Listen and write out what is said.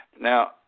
Now